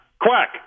quack